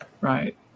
Right